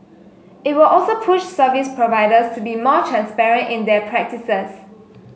it will also push service providers to be more transparent in their practices